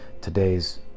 today's